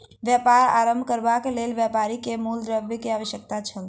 व्यापार आरम्भ करबाक लेल व्यापारी के मूल द्रव्य के आवश्यकता छल